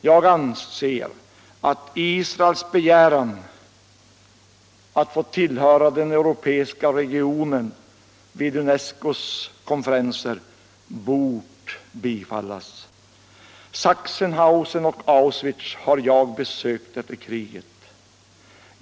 Jag anser att Israels begäran vid UNESCO:s konferenser att få tillhöra den europeiska regionen bort bifallas. Sachsenhausen och Auschwitz har jag besökt efter kriget.